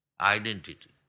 identity